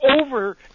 over